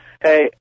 Hey